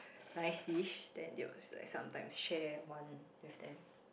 nice dish then there was like sometimes share one with them